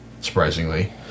surprisingly